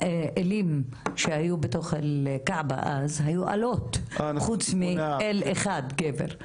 האלים שהיו בתוך 'אל-כעבה' היו אלות חוץ מאל אחד גבר.